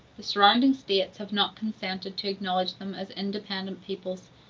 the surrounding states have not consented to acknowledge them as independent peoples,